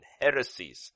heresies